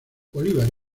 bolívar